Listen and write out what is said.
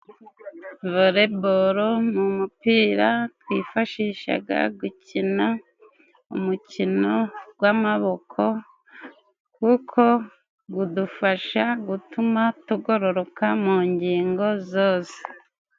Voleboro ni umupira twifashishaga gukina umukino g'amaboko kuko udufasha gutuma tugororoka mu ngingo zose.